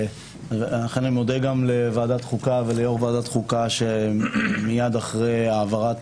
ואני מודה גם לוועדת חוקה וליו"ר הוועדה שמייד אחרי העברת